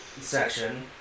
section